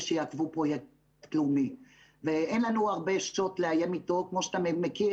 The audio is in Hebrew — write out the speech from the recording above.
שיעקבו פרויקט לאומי ואין לנו הרבה שוט לאיים איתו כמו שאתה מכיר,